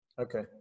Okay